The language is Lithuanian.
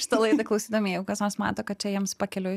šitą laidą klausydami jeigu kas nors mato kad čia jiems pakeliui